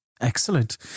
Excellent